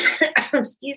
Excuse